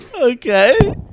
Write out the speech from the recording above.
Okay